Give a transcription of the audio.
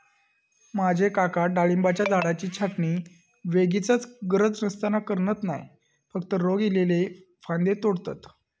माझे काका डाळिंबाच्या झाडाची छाटणी वोगीचच गरज नसताना करणत नाय, फक्त रोग इल्लले फांदये तोडतत